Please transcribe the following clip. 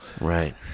right